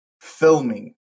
filming